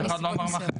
אף אחד לא אמר מאכרים.